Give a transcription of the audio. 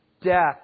death